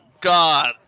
god